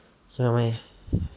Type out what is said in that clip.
真的 meh